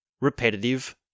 repetitive